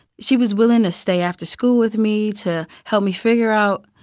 she was willing to stay after school with me to help me figure out,